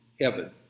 heaven